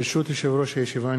ברשות יושב-ראש הישיבה,